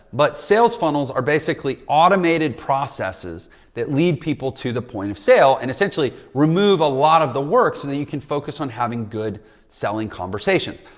but sales funnels are basically automated processes that lead people to the point of sale and essentially remove a lot of the work so that you can focus on having good selling conversations.